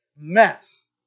Mess